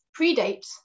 predates